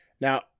Now